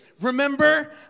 Remember